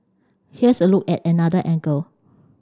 here's a look at another angle